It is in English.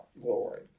glory